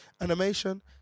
Animation